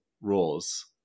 rules